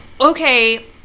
okay